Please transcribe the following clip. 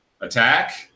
attack